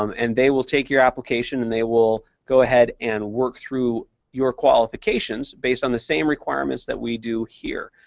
um and they will take your application and they will go ahead and work through your qualifications based on the same requirements that we do here.